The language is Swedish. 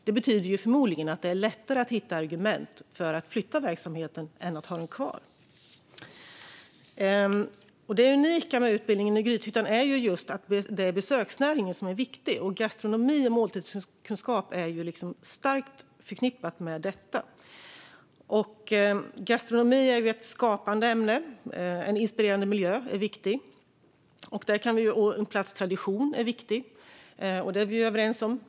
Det betyder att det förmodligen är lättare att hitta argument för att flytta verksamheten än för att ha den kvar. Det unika med utbildningen i Grythyttan är att det är besöksnäringen som är viktig, och gastronomi och måltidskunskap är starkt förknippade med detta. Gastronomi är ju ett skapande ämne, så en inspirerande miljö är viktig. En plats tradition är också viktig; det är vi överens om.